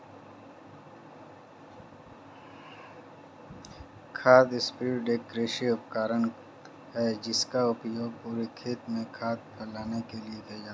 खाद स्प्रेडर एक कृषि उपकरण है जिसका उपयोग पूरे खेत में खाद फैलाने के लिए किया जाता है